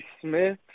smith